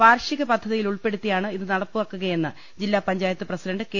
വാർഷിക പദ്ധതിയിലുൾപ്പെട്ട ടുത്തിയാണ് ഇത് നടപ്പിലാക്കുകയെന്ന് ജില്ലാപഞ്ചായത്ത് പ്രസിഡ് കെ